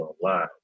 online